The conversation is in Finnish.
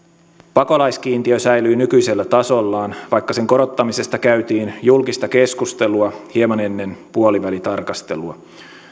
pakolaiskiintiö säilyy nykyisellä tasollaan vaikka sen korottamisesta käytiin julkista keskustelua hieman ennen puolivälitarkastelua